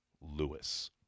Lewis